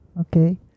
okay